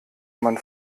man